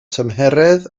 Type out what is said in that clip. tymheredd